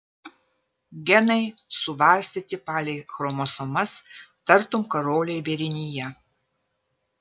genai suvarstyti palei chromosomas tartum karoliai vėrinyje